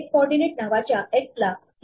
हे x coordinate नावाच्या x ला 3